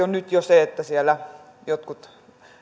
on nyt jo se että siellä jotkut